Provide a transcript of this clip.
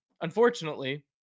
unfortunately